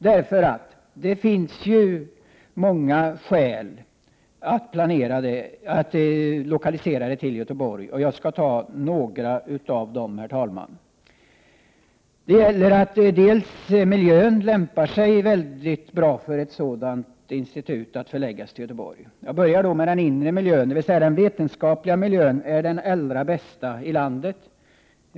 Det finns nämligen många skäl för att lokalisera det till Göteborg, och jag skall ta några av dem. Miljön i Göteborg lämpar sig väldigt bra för ett sådant institut. Jag börjar då med den inre, dvs. vetenskapliga miljön, som är den allra bästa i landet.